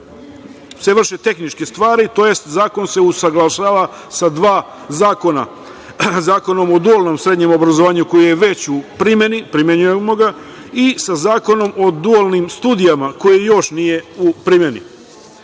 se vrše tehničke stvari, zakon se usaglašava sa dva zakona, Zakonom o dualnom srednjem obrazovanju koji je već u primeni, primenjujemo ga i sa Zakonom o dualnim studijama koji još nije u primeni. Kao